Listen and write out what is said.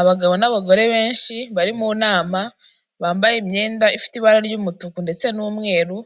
Abagabo n'abagore benshi bari mu nama bambaye imyenda ifite ibara ry'umutuku ndetse n'umweru,